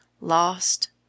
Lost